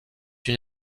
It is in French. une